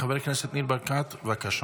חבר הכנסת ניר ברקת, בבקשה.